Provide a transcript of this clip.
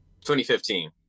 2015